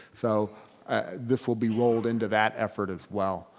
so this will be rolled into that effort as well.